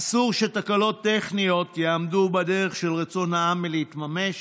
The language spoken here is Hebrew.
אסור שתקלות טכניות יעמדו בדרך של רצון העם להתממש,